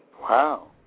Wow